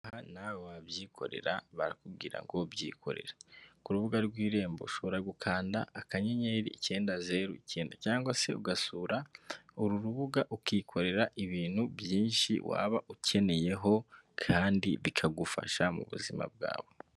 Kandi nawe wabyikorera, barakubwira ngo ubyikorerare. Ku rubuga rw'Irembo ushobora gukanda akanyenyeri icyenda zeru icyenda, cyangwa se ugasura uru rubuga ukikorera ibintu byinshi waba ukeneyeho kandi bikagufasha mu buzima bwawe.